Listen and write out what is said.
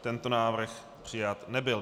Tento návrh přijat nebyl.